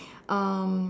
um